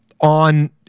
on